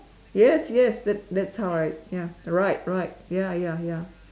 yes yes that's that's how I ya right right ya ya ya